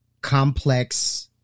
complex